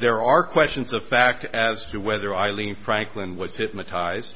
there are questions of fact as to whether eileen franklin which hypnotized